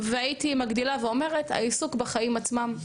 והייתי מגדילה ואומרת, העיסוק בחיים עצמם.